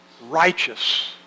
righteous